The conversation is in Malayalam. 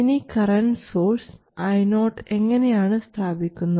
ഇനി കറണ്ട് സോഴ്സ് Io എങ്ങനെയാണ് സ്ഥാപിക്കുന്നത്